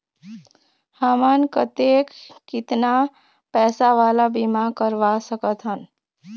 हमन कतेक कितना पैसा वाला बीमा करवा सकथन?